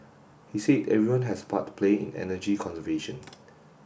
he said everyone has a part to play in energy conservation